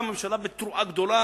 הממשלה יצאה בתרועה גדולה: